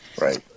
Right